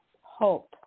hope